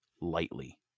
lightly